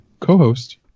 co-host